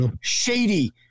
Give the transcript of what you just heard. shady